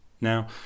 Now